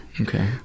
Okay